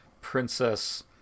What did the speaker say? Princess